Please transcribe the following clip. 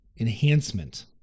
enhancement